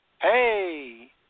hey